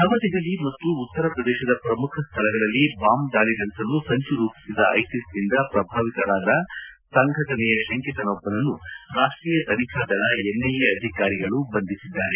ನವದೆಹಲಿ ಮತ್ತು ಉತ್ತರ ಪ್ರದೇಶದ ಪ್ರಮುಖ ಸ್ಥಳಗಳಲ್ಲಿ ಬಾಂಬ್ ದಾಳಿ ನಡೆಸಲು ಸಂಚು ರೂಪಿಸಿದ ಐಸಿಸ್ನಿಂದ ಪ್ರಭಾವಿತರಾದ ಸಂಘಟನೆಯ ಶಂಕಿತನೊಬ್ಬನನ್ನು ರಾಷ್ಟೀಯ ತನಿಖಾ ದಳ ಎನ್ಐಎ ಅಧಿಕಾರಿಗಳು ಬಂಧಿಸಿದ್ದಾರೆ